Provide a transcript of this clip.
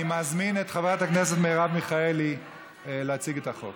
אני מזמין את חברת הכנסת מרב מיכאלי להציג את החוק.